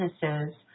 businesses